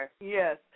Yes